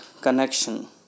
connection